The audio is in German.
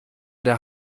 der